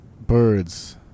Birds